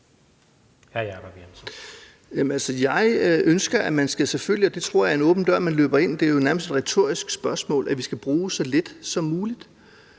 jeg ønsker, at man selvfølgelig – det tror jeg er åben dør, man løber ind; det er jo nærmest et retorisk spørgsmål – skal bruge så lidt som muligt,